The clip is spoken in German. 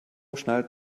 schnell